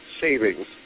savings